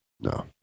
No